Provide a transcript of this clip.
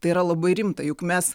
tai yra labai rimta juk mes